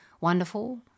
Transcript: wonderful